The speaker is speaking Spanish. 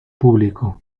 público